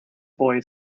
boy